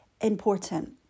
important